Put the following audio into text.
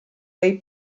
dei